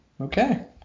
Okay